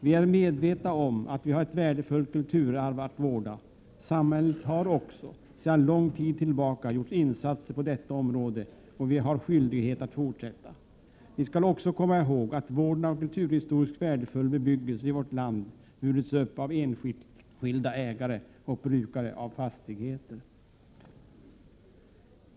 Vi är medvetna om att vi har ett värdefullt kulturarv att vårda. Samhället har också — sedan lång tid tillbaka — gjort insatser på detta område, och vi har skyldighet att fortsätta. Vi skall också komma ihåg att vården av kulturhistoriskt värdefull bebyggelse i vårt land har burits upp av enskilda ägare och brukare av fastigheter.